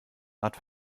art